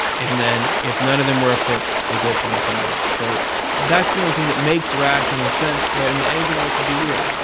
and then if none of them were a fit, they go find somebody else. so that's the only thing that makes rational sense, right? i mean, anything else would be weird.